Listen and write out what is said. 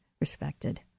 respected